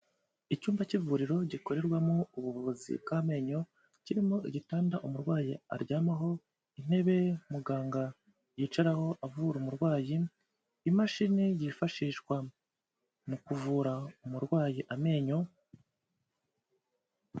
Icyumba cy'ivuriro gikorerwamo ubuvuzi bw'amenyo kirimo igitanda umurwayi aryamaho intebe muganga yicaraho avura umurwayi imashini yifashishwa mu kuvura umurwayi amenyo.